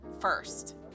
first